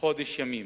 חודש ימים.